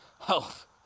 health